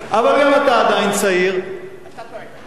אבל גם אתה עדיין צעיר, אתה טועה.